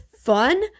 fun